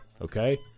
Okay